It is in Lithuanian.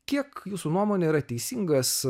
kiek jūsų nuomone yra teisingas